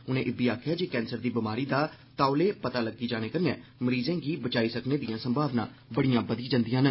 उनें इब्बी आखेआ जे कैंसर दी बमारी दा तौले पता लग्गी जाने कन्नै मरीज गी बचाई सकने दिआं संभावनां बड़ियां बधी जंदिआं न